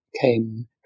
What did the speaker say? came